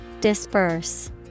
disperse